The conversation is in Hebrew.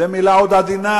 וזו עוד מלה עדינה,